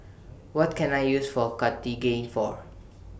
What Can I use For Cartigain For